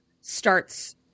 starts